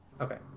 Okay